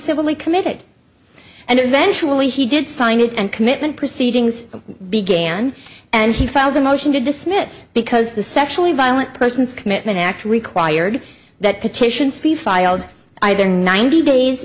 civilly committed and eventually he did sign it and commitment proceedings began and he filed a motion to dismiss because the sexually violent persons commitment act required that petitions be filed either ninety days